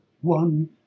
one